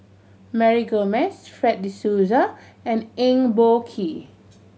Mary Gomes Fred De Souza and Eng Boh Kee